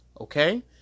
Okay